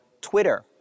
Twitter